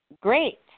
great